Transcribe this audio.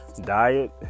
diet